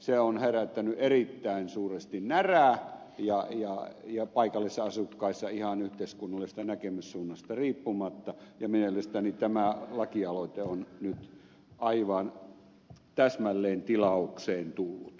se on herättänyt erittäin suuresti närää paikallisissa asukkaissa ihan yhteiskunnallisesta näkemyssuunnasta riippumatta ja mielestäni tämä lakialoite on nyt aivan täsmälleen tilaukseen tullut